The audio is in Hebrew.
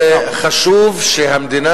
וחשוב שהמדינה,